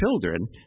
children